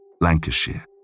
Lancashire